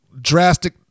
drastic